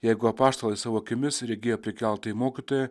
jeigu apaštalai savo akimis regėjo prikeltąjį mokytoją